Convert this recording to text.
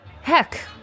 Heck